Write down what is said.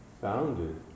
founded